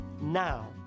Now